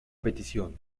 petición